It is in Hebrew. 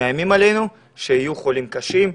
מאיימים עלינו שיהיו חולים קשים,